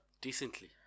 Decently